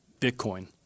Bitcoin